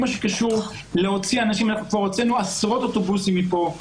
אנחנו כבר הוצאנו עשרות אוטובוסים מפה,